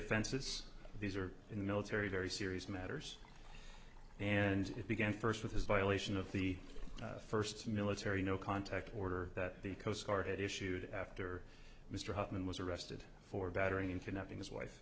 offenses these are in the military very serious matters and it began first with his violation of the first military no contact order that the coast guard issued after mr hartman was arrested for battery in connecting his wife